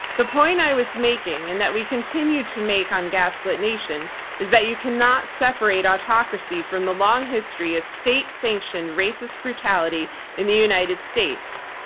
the point i was making and that we continue to make on gaslit nation is that you cannot separate autocracy from the long history of state-sanctioned racist brutality in the united states.